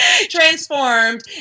transformed